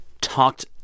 talked